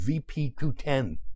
VP210